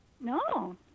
No